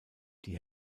die